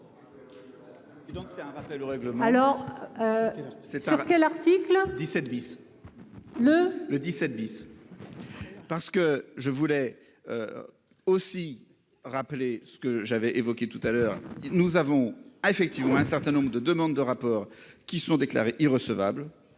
Donc c'est un rappel au règlement, alors. C'est sûr que l'article 17 bis. Le le 17 bis. Parce que je voulais. Aussi rappeler ce que j'avais évoquée tout à l'heure nous avons a effectivement un certain nombre de demandes de rapport qui sont déclarés irrecevables.